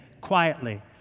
quietly